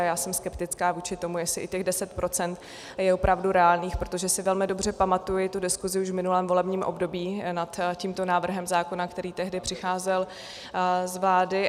A já jsem skeptická vůči tomu, jestli i těch 10 % je opravdu reálných, protože si velmi dobře pamatuji diskusi už v minulém volebním období nad tímto návrhem zákona, který tehdy přicházel z vlády.